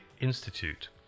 Institute